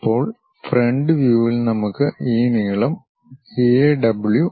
ഇപ്പോൾ ഫ്രണ്ട് വ്യൂവിൽ നമുക്ക് ഈ നീളം എ ഡബ്ലു